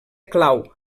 clau